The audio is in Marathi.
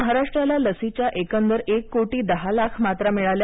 महाराष्ट्राला लसीच्या एकंदर एक कोटी दहा लाख मात्रा मिळाल्या